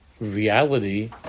reality